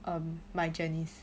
um my janice